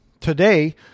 today